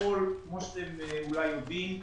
כמו שאתם אולי יודעים,